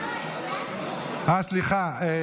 אה, סליחה.